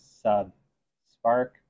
sub-spark